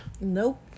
Nope